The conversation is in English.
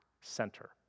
center